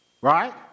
Right